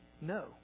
no